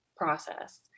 process